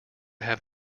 have